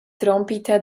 trompita